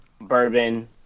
bourbon